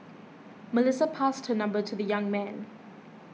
Melissa passed her number to the young man